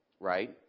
right